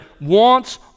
wants